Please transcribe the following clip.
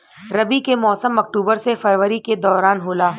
रबी के मौसम अक्टूबर से फरवरी के दौरान होला